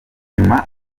nyuma